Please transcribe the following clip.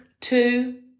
two